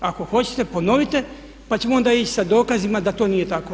Ako hoćete ponovite pa ćemo onda ići sa dokazima da to nije tako.